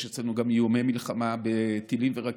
ויש אצלנו גם איומי מלחמה בטילים ורקטות,